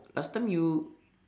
last time you